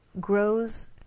grows